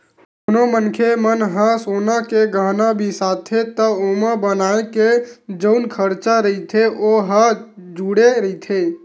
कोनो मनखे मन ह सोना के गहना बिसाथे त ओमा बनाए के जउन खरचा रहिथे ओ ह जुड़े रहिथे